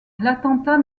l’attentat